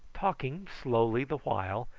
talking slowly the while,